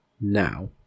now